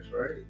right